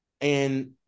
and-